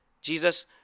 Jesus